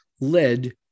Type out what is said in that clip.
led